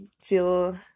till